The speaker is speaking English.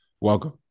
Welcome